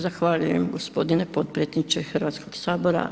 Zahvaljujem gospodine potpredsjedniče Hrvatskog sabora.